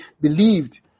believed